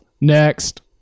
next